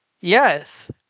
yes